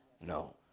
no